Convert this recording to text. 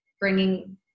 bringing